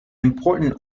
important